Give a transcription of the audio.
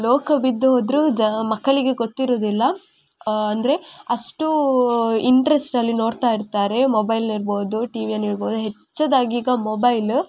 ಲೋಕ ಬಿದ್ದು ಹೋದರು ಜ ಮಕ್ಕಳಿಗೆ ಗೊತ್ತಿರುವುದಿಲ್ಲ ಅಂದರೆ ಅಷ್ಟು ಇಂಟ್ರೆಸ್ಟಲ್ಲಿ ನೋಡ್ತಾಯಿರ್ತಾರೆ ಮೊಬೈಲ್ ಇರ್ಬೋದು ಟಿವಿಯನ್ನು ಇರ್ಬೋದು ಹೆಚ್ಚದಾಗಿ ಈಗ ಮೊಬೈಲ್